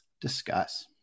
discuss